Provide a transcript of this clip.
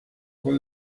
con